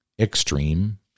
extreme